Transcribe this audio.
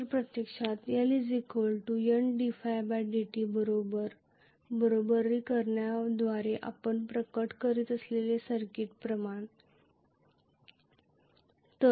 तर प्रत्यक्षात L N dϕ dt बरोबर बरोबरी करण्याद्वारे आपण प्रकट करीत असलेले सर्किट प्रमाण आहे